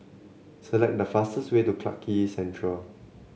select the fastest way to Clarke Quay Central